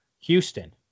Houston